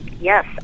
Yes